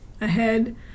ahead